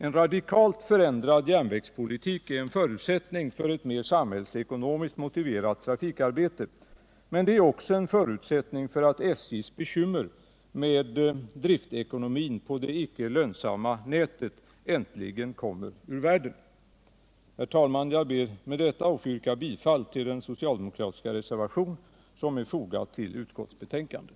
En radikalt förändrad järnvägspolitik är en förutsättning för ett mer samhällspolitiskt motiverat trafikarbete. Men den är också en förutsättning för att SJ:s bekymmer med driftekonomin på det icke lönsamma nätet äntligen kommer ur världen. Herr talman! Jag ber med detta att få yrka bifall till den socialdemokratiska reservation som är fogad vid utskottsbetänkandet.